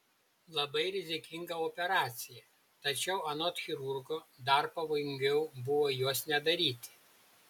labai rizikinga operacija tačiau anot chirurgo dar pavojingiau buvo jos nedaryti